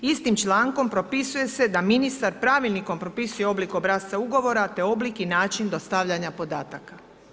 Istim člankom propisuje se da ministar pravilnikom propisuje oblik obrasca ugovora, te oblik i način dostavljanja podataka.